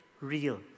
real